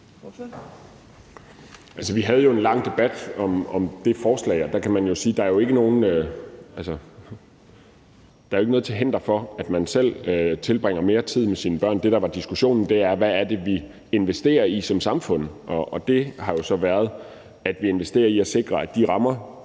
Vi havde en lang debat om det forslag, og der kan man jo sige, at der ikke er noget til hinder for, at man selv tilbringer mere tid med sine børn. Det, der var diskussionen, var, hvad det er, vi investerer i som samfund. Det har jo så været at investere i at sikre de rammer,